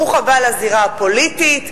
ברוך הבא לזירה הפוליטית.